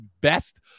best